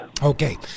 Okay